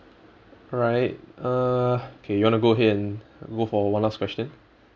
right uh okay you want to go ahead and go for one last question